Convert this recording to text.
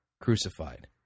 crucified